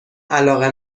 علاقه